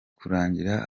kurangira